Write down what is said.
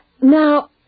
Now